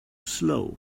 slow